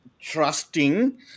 trusting